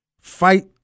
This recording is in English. fight